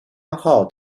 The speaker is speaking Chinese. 偏好